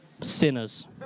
Sinners